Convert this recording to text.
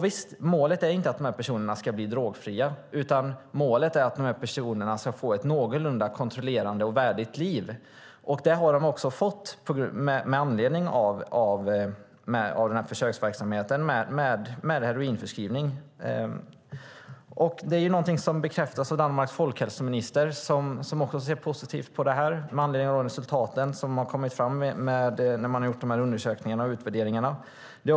Visst: Målet är inte att dessa personer ska bli drogfria, utan att de ska få ett någorlunda kontrollerat och värdigt liv, och det har de också fått med hjälp av försöksverksamheten med heroinförskrivning. Det är någonting som bekräftas av Danmarks folkhälsominister, som också ser positivt på detta med anledning av de resultat som har kommit fram när man har gjort undersökningarna och utvärderingarna.